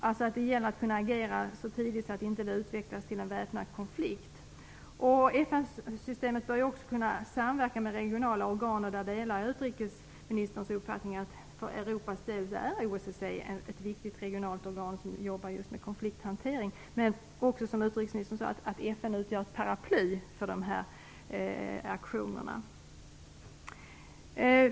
Det gäller alltså att kunna agera så tidigt att inte en väpnad konflikt utvecklas. FN-systemet bör också kunna samverka med regionala organ. Där delar jag utrikesministerns uppfattning att för Europas del är OSSE ett viktigt regionalt organ som jobbar just med konflikthantering men också att FN utgör ett paraply för dessa aktioner.